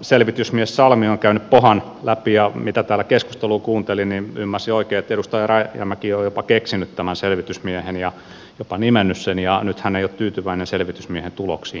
selvitysmies salmi on käynyt pohan läpi ja mitä täällä keskustelua kuuntelin niin jos ymmärsin oikein edustaja rajamäki on jopa keksinyt tämän selvitysmiehen ja jopa nimennyt sen ja nyt hän ei ole tyytyväinen selvitysmiehen tuloksiin kuitenkaan